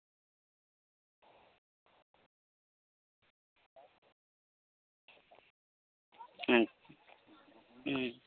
ᱟᱪᱪᱷᱟ ᱦᱩᱸ